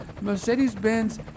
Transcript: Mercedes-Benz